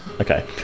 okay